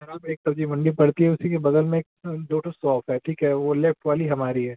एक सब्ज़ी मंडी में पड़ती है उसी के बगल में एक दो ठू सॉप है ठीक है वह लेफ्ट वाली हमारी है